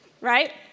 Right